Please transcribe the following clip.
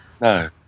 No